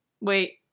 Wait